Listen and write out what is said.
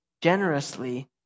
generously